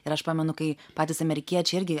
ir aš pamenu kai patys amerikiečiai irgi